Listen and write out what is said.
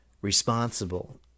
responsible